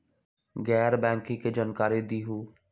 गैर बैंकिंग के जानकारी दिहूँ?